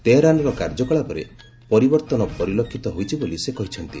ତେହେରାନ୍ର କାର୍ଯ୍ୟକଳାପରେ ପରିବର୍ଭନ ପରିଲକ୍ଷିତ ହୋଇଛି ବୋଲି ସେ କହିଛନ୍ତି